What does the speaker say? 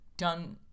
done